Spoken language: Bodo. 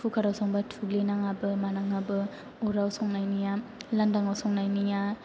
कुकार आव संबा थुग्लिनाङाबो मानाङाबो अराव संनायनिया लांदांआव संनायनिया